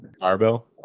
Barbell